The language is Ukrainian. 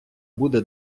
буде